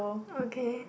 okay